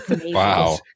Wow